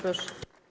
Proszę.